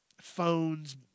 phones